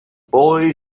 boy